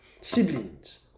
siblings